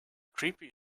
creepy